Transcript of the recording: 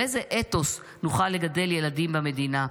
על איזה אתוס נוכל לגדל ילדים במדינה?